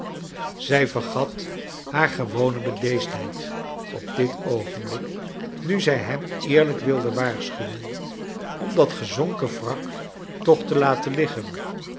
zij vergat haar gewone bedeesdheid op dit oogenblik nu zij hem eerlijk wilde waarschuwen ora dat gezonken wrak toch te laten liggen